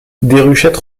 déruchette